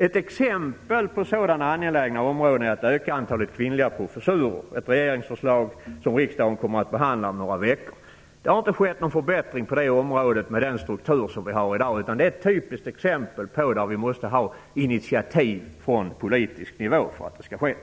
Ett exempel på sådana angelägna områden är att öka antalet kvinnliga professurer - ett regeringsförslag som riksdagen kommer att behandla om några veckor. Det har inte skett någon förbättring på det området med den struktur som vi har i dag utan det är ett typiskt exempel på området där vi måste få initiativ från politisk nivå för att det skall ske.